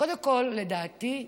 קודם כול, לדעתי,